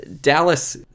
Dallas